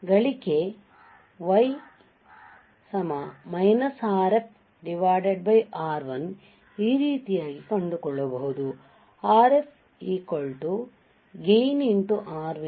ಗಳಿಕೆ y Rf R1 ಈ ರೀತಿಯಾಗಿ ಕಂಡುಕೊಳ್ಳಬಹುದು RfgainR1